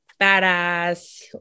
badass